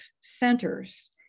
centers